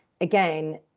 again